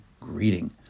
greeting